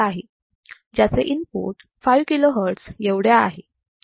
ज्याचे input 5 kilohertz एवढे आहे